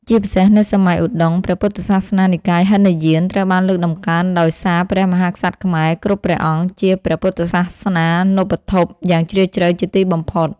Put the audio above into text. ជាពិសេស នៅសម័យឧត្តុង្គ ព្រះពុទ្ធសាសនានិកាយហីនយានត្រូវបានលើកតម្កើង ដោយសារ ព្រះមហាក្សត្រខ្មែរគ្រប់ព្រះអង្គជា ពុទ្ធសាសនូបត្ថម្ភក៏យ៉ាងជ្រាលជ្រៅជាទីបំផុត។